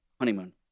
honeymoon